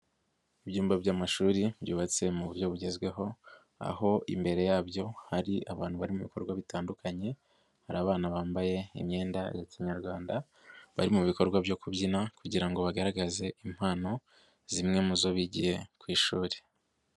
Ibyumba by'amashuri byubatse mu buryo bugezweho, aho imbere yabyo hari abantu bari mu bikorwa bitandukanye, hari abana bambaye imyenda ya kinyarwanda, bari mu bikorwa byo kubyina kugira ngo bagaragaze impano, zimwe mu zo bigiye ku ishuri.